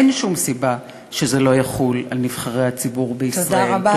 אין שום סיבה שזה לא יחול על נבחרי הציבור בישראל.